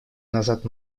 назад